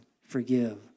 forgive